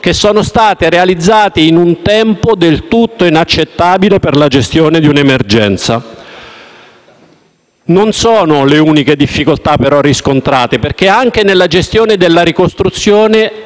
che sono state realizzate in un tempo del tutto inaccettabile per la gestione di un'emergenza. Però queste non sono le uniche difficoltà riscontrate, perché anche nella gestione della ricostruzione